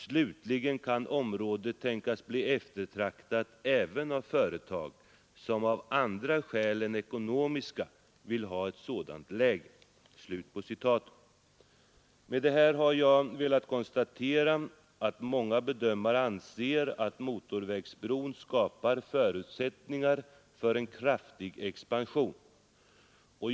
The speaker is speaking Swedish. Slutligen kan området tänkas bli eftertraktat även av företag som av andra skäl än ekonomiska vill ha ett sådant läge.” Med det här har jag velat konstatera att många bedömare anser att motorvägsbron skapar förutsättningar för en kraftig expansion.